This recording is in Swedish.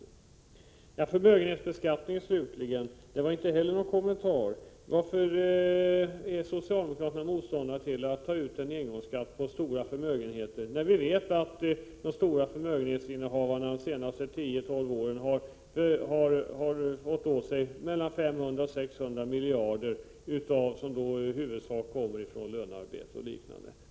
När det slutligen gäller förmögenhetsbeskattningen så fick vi inte heller på den punkten höra någon kommentar. Varför är socialdemokraterna motståndare till att ta ut en engångsskatt på stora förmögenheter, när vi vet att innehavare av stora förmögenheter de senaste tio tolv åren har fått dra åt sig mellan 500 och 600 miljarder kronor av pengar som huvudsakligen kommer från lönearbete och liknande?